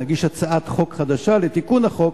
אם נגיש הצעת חוק חדשה לתיקון החוק,